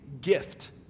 gift